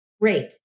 Great